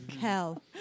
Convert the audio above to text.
hell